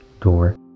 door